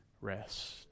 rest